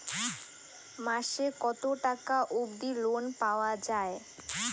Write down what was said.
মাসে কত টাকা অবধি লোন পাওয়া য়ায়?